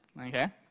okay